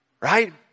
Right